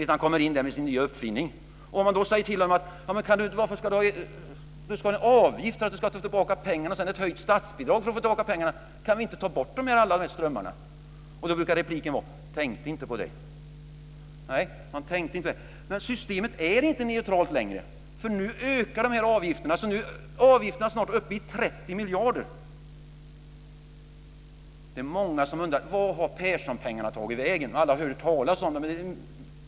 Ni vet, han kommer in med sin nya uppfinning och man säger till honom: Varför ska du ha en avgift för att få tillbaka pengarna och sedan ett höjt statsbidrag för att få tillbaka pengarna? Kan vi inte ta bort alla de här strömmarna? Då brukar repliken vara: Tänkte inte på det. Nej, han tänkte inte på det. Men systemet är inte neutralt längre, för nu ökar de här avgifterna så att de snart är uppe i 30 miljarder. Det är många som undrar: Vart har Perssonpengarna tagit vägen? Alla har hört talas om dem.